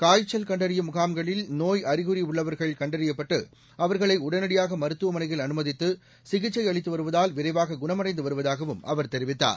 காய்ச்சல் கண்டறியும் முகாம்களில் நோய் அறிகுறி உள்ளவர்கள் கண்டறியப்பட்டு அவர்களை உடனடியாக மருத்துவமனையில் அனுமதித்து சிகிச்சை அளித்து வருவதால் விரைவாக குணமடைந்து வருவதாகவும் அவர் தெரிவித்தார்